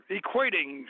equating